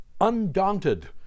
Undaunted